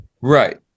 Right